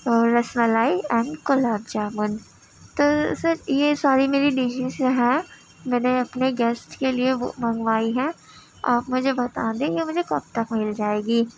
اور rasmalai and gulab jamun تو sir یہ ساری میری ڈشیز ہیں میں نے اپنے گیسٹ کے لیے وہ منگوائی ہیں آپ مجھے بتا دیں گے مجھے کب تک مل جائے گی